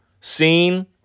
seen